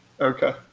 Okay